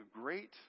great